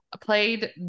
played